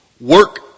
work